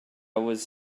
was